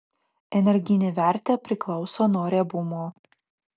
energinė vertė priklauso nuo riebumo